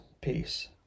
peace